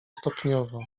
stopniowo